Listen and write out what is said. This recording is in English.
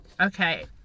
okay